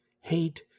Hate